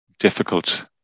Difficult